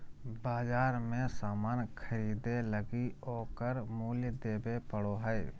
बाजार मे सामान ख़रीदे लगी ओकर मूल्य देबे पड़ो हय